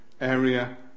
area